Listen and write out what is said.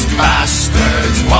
bastards